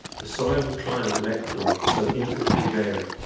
the soil and climate of ecuador, so infinitely varied,